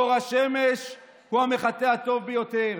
אור השמש הוא המחטא הטוב ביותר.